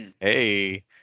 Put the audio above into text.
Hey